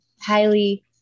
highly